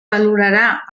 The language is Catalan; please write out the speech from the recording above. valorarà